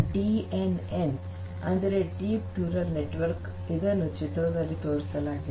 ಡಿಎನ್ಎನ್ ಅಂದರೆ deep neural network ಇದನ್ನು ಚಿತ್ರದಲ್ಲಿ ತೋರಿಸಲಾಗಿದೆ